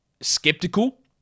skeptical